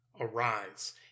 arise